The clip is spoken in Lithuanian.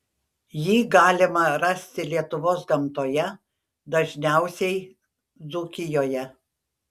jį galima rasti lietuvos gamtoje dažniausiai dzūkijoje